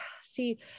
see